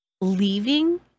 leaving